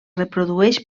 reprodueix